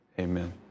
Amen